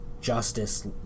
justice